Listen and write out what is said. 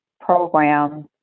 programs